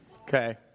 Okay